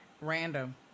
random